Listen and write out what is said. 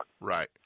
Right